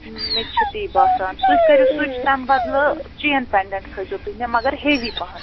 مےٚ تہِ چھُ تی باسان تُہۍ کٔریٛو سُچ تَمہِ بدلہٕ چین پیٚنڈیٚنٛٹ تھٲیزیٛو تُہۍ مےٚ مگر ہیوی پَہن